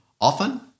often